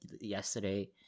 yesterday